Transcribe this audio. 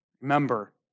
Remember